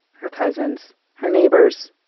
her cousins. her neighbors.